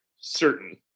certain